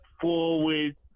forward